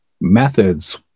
methods